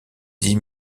dix